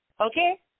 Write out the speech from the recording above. Okay